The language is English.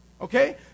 Okay